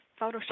Photoshop